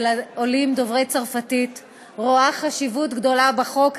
העולים דוברי צרפתית רואה חשיבות גדולה בחוק הזה.